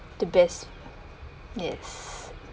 the best yes